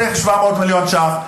מיליון שקל?